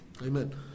amen